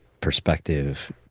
perspective